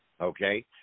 okay